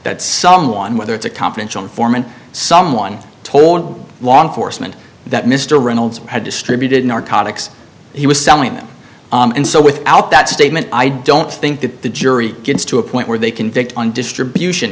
that someone whether it's a confidential informant someone told law enforcement that mr reynolds had distributed narcotics he was selling them and so without that statement i don't think that the jury gets to a point where they convict on distribution